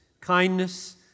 kindness